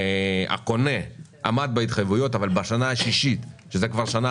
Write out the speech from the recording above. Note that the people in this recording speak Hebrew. הקונה עמד בהתחייבויות אבל בשנה השישית שזו כבר שנה